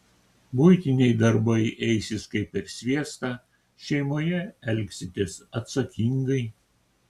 buitiniai darbai eisis kaip per sviestą šeimoje elgsitės atsakingai